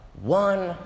one